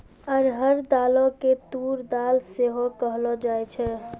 अरहर दालो के तूर दाल सेहो कहलो जाय छै